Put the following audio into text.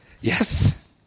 yes